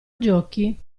giochi